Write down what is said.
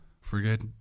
forget